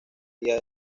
día